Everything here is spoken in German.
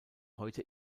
heute